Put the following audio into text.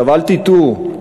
אל תטעו,